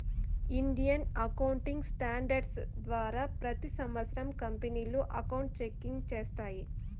Indian accounting standards ద్వారా ప్రతి సంవత్సరం కంపెనీలు అకౌంట్ చెకింగ్ చేస్తాయి